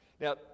now